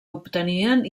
obtenien